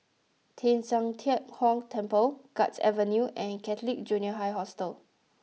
Teng San Tian Hock Temple Guards Avenue and Catholic Junior College Hostel